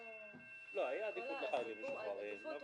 לא, הייתה עדיפות לחיילים משוחררים.